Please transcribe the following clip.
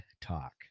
talk